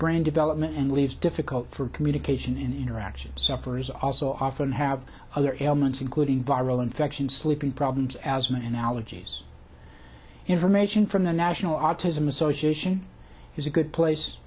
brain development and leaves difficult for communication interaction sufferers also often have other elements including viral infection sleeping problems asthma and allergies information from the national autism association is a good place